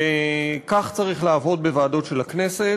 וכך צריך לעבוד בוועדות של הכנסת.